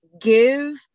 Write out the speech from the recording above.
give